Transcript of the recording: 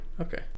Okay